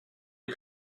est